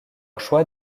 choix